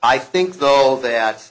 i think though that